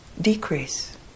decrease